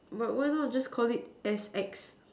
but why not just Call it S X